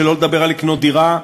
שלא לדבר על לקנות דירה,